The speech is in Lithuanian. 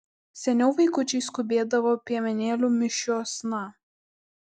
seniau vaikučiai skubėdavo piemenėlių mišiosna